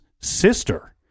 sister